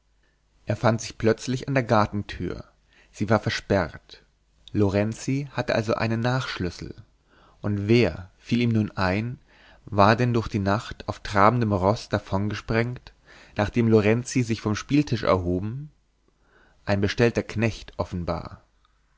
er fand sich plötzlich an der gartentür sie war versperrt lorenzi hatte also einen nachschlüssel und wer fiel ihm nun ein war denn durch die nacht auf trabendem roß davongesprengt nachdem lorenzi sich vom spieltisch erhoben ein bestellter knecht offenbar